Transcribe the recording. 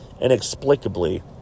inexplicably